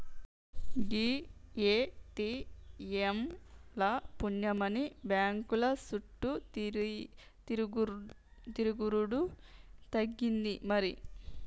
గీ ATM ల పుణ్యమాని బాంకుల సుట్టు తిరుగుడు తగ్గింది మరి